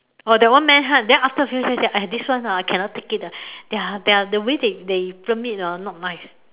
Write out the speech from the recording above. !wah! that one man hunt then after a few scenes already !aiya! this one ah I cannot take it ah ya their the way they they film it ah not nice